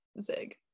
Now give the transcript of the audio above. Zig